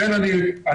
לכן אני אומר,